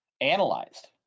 analyzed